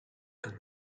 and